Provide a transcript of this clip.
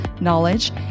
knowledge